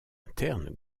interne